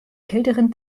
kälteren